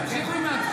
(קוראת בשם חבר הכנסת)